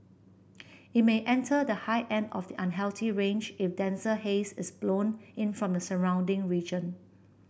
it may enter the high end of the unhealthy range if denser haze is blown in from the surrounding region